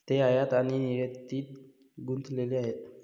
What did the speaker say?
ते आयात आणि निर्यातीत गुंतलेले आहेत